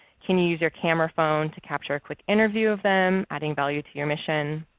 can you use your camera phone to capture a quick interview of them adding value to your mission,